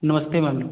नमस्ते मैडम